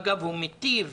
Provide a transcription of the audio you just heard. אגב, הוא מיטיב